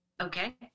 Okay